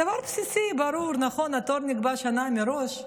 דבר בסיסי, ברור, נכון, התור נקבע שנה מראש,